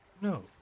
No